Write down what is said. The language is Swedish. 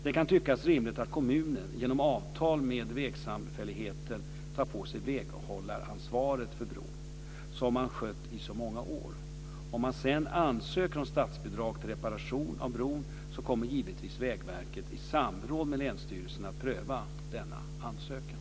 Det kan tyckas rimligt att kommunen, genom avtal med vägsamfälligheten, tar på sig väghållaransvaret för bron, som man skött i så många år. Om man sedan ansöker om statsbidrag till reparation av bron kommer givetvis Vägverket, i samråd med länsstyrelsen, att pröva denna ansökan.